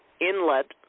inlet